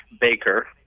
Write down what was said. Baker